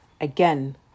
Again